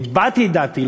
והבעתי את דעתי,